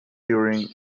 during